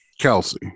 Kelsey